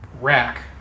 rack